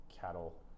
cattle